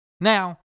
Now